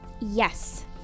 Yes